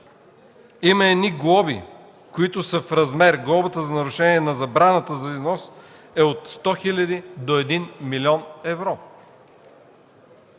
има глоби, които са в размер – глобата за нарушение на забраната за износ е от 100 хил. до 1 млн. евро.